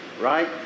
right